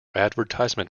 advertisement